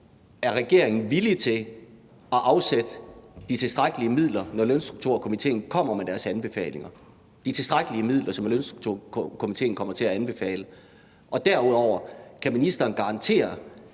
Er regeringen villig til at afsætte de tilstrækkelige midler, når Lønstrukturkomitéen kommer med deres anbefalinger, altså de tilstrækkelige midler, som Lønstrukturkomitéen kommer til at anbefale? Og derudover vil jeg høre,